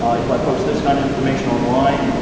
if i post this kind of information online,